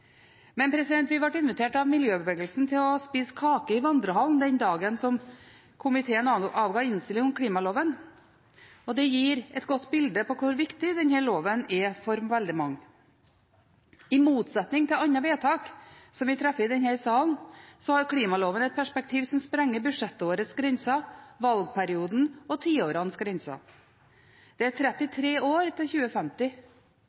Vi ble invitert av miljøbevegelsen til å spise kake i vandrehallen den dagen da komiteen avga innstilling om klimaloven, og det gir et godt bilde av hvor viktig denne loven er for veldig mange. I motsetning til andre vedtak som vi treffer i denne salen, har klimaloven et perspektiv som sprenger budsjettårets grenser og valgperiodens og tiårets grenser. Det er